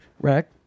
Rack